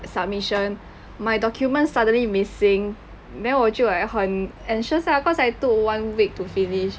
submission my documents suddenly missing then 我就 like 很 anxious lah cause I took one week to finish